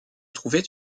trouvait